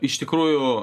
iš tikrųjų